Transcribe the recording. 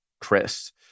Chris